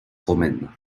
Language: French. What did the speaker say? romaine